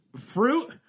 Fruit